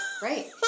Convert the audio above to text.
Right